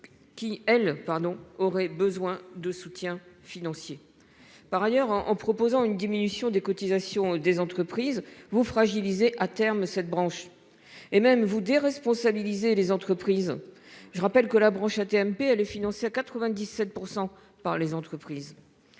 elle aussi, besoin de soutien financier. Par ailleurs, en proposant une diminution des cotisations des entreprises, vous fragilisez à terme cette branche, et vous déresponsabilisez même les entreprises. Je rappelle que la branche AT-MP est financée à 97 % par les entreprises.